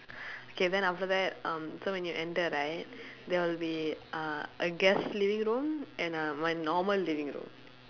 K then after that um so when you enter right there will be uh a guest living room and uh my normal living room